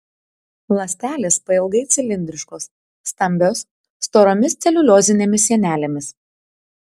ląstelės pailgai cilindriškos stambios storomis celiuliozinėmis sienelėmis